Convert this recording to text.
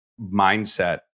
mindset